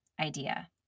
idea